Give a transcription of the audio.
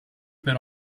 per